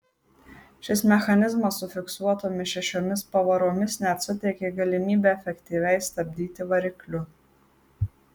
šis mechanizmas su fiksuotomis šešiomis pavaromis net suteikė galimybę efektyviai stabdyti varikliu